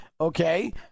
Okay